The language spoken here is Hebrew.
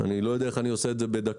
אני לא יודע איך אני עושה את זה בדקה.